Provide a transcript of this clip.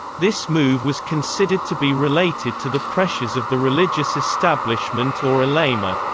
this move was considered to be related to the pressures of the religious establishment or ulema.